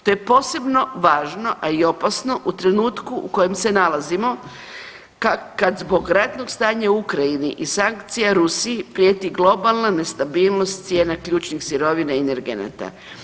To je posebno važno, a i opasno u trenutku u kojem se nalazimo kad zbog ratnog stanja u Ukrajini i sankcija Rusiji prijeti globalna nestabilnost cijena ključnih sirovina i energenata.